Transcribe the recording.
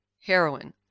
heroin